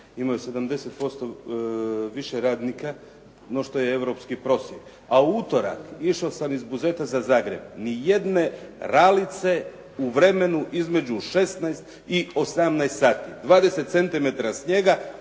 imaju 70% više radnika no što je europski prosjek, a u utorak išao sam iz Buzeta za Zagreb, ni jedne ralice u vremenu između 16 i 18 sati. 20 centimetara